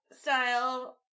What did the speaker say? Style